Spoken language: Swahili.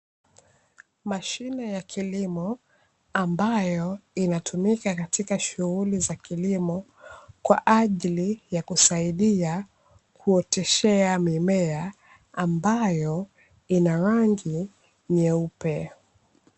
Mashine ya kilimo ambayo inatumika katika shughuli za kilimo, kwa ajili ya kusaidia kuoteshea mimea, ambayo ina rangi nyeupe.